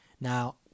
Now